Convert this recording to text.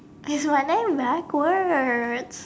it's my name backwards